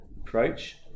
approach